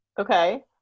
Okay